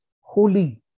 holy